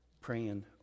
praying